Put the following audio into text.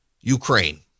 Ukraine